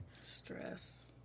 Stress